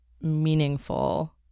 meaningful